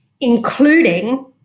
including